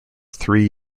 three